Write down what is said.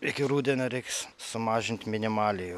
iki rudenio reiks sumažint minimaliai jau